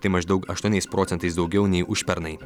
tai maždaug aštuoniais procentais daugiau nei užpernai